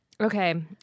Okay